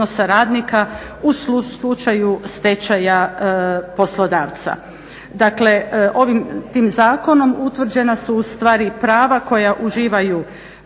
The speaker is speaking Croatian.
u slučaju stečaja poslodavca